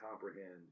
comprehend